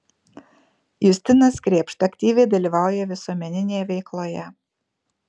justinas krėpšta aktyviai dalyvauja visuomeninėje veikloje